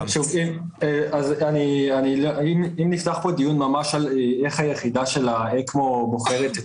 אם נפתח פה דיון על איך היחידה של האקמו מופעלת,